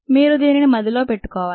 మీరు దీనిని మదిలో పెట్టుకోవాలి